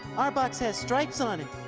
our box has stripes on it.